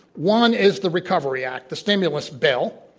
one is the recovery act, the stimulus bill,